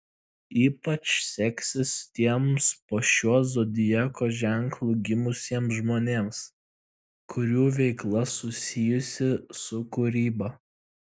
ypač seksis tiems po šiuo zodiako ženklu gimusiems žmonėms kurių veikla susijusi su kūryba